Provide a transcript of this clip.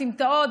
בסמטאות,